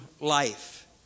life